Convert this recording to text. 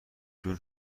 جون